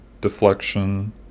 deflection